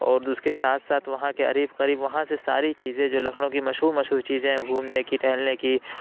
اور جو اس کے ساتھ ساتھ وہاں کے اریب قریب وہاں سے ساری چیزیں جو لکھنؤ کی مشہور مشہور چیزیں ہیں گھومنے کی ٹہلنے کی